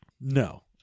No